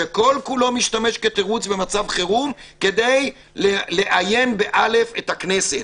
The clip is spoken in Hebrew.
שכל כולו משתמש כתירוץ במצב חירום כדי לאיין את הכנסת.